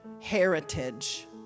heritage